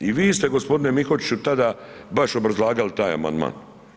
I vi ste gospodine Mihotiću tada baš obrazlagali taj amandman.